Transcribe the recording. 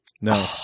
No